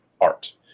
art